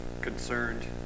Concerned